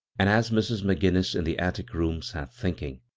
and as mrs. mcginnis in the attic room sat thinking,